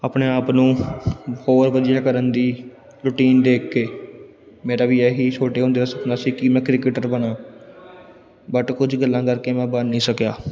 ਆਪਣੇ ਆਪ ਨੂੰ ਹੋਰ ਵਧੀਆ ਕਰਨ ਦੀ ਰੂਟੀਨ ਦੇਖ ਕੇ ਮੇਰਾ ਵੀ ਇਹੀ ਛੋਟੇ ਹੁੰਦੇ ਦਾ ਸੁਪਨਾ ਸੀ ਕਿ ਮੈਂ ਕ੍ਰਿਕਟਰ ਬਣਾਂ ਬਟ ਕੁਝ ਗੱਲਾਂ ਕਰਕੇ ਮੈਂ ਬਣ ਨਹੀਂ ਸਕਿਆ